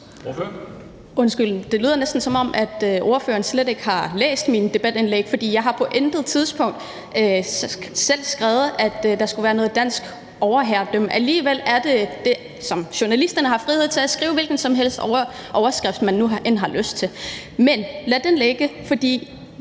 Undskyld, det lyder næsten, som om spørgeren slet ikke har læst mit debatindlæg, for jeg har på intet tidspunkt selv skrevet, at der skulle være dansk overherredømme. Men journalisterne har frihed til at skrive en hvilken som helst overskrift, de har lyst til, men lad det nu ligge, for